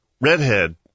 redhead